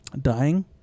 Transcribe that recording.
dying